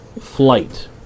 Flight